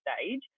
stage